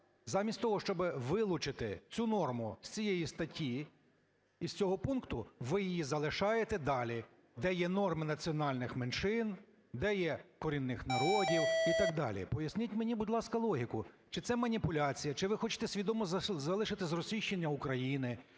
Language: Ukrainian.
замість того щоб вилучити цю норму з цієї статті і з цього пункту, ви її залишаєте далі, де є норми національних меншин, де є корінних народів і так далі. Поясніть мені, будь ласка, логіку, чи це маніпуляція, чи ви хочете свідомо залишити зросійщення України?